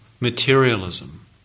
materialism